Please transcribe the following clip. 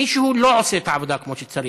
מישהו לא עושה את העבודה כמו שצריך.